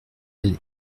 elle